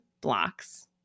blocks